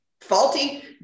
faulty